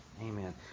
Amen